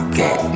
get